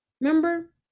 remember